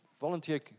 Volunteer